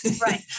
Right